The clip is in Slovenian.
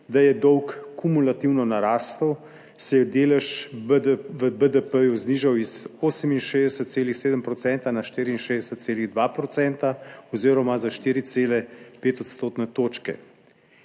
da je dolg kumulativno narastel, se je delež v BDP znižal iz 68,7 % na 64,2 % oziroma za 4,5 odstotne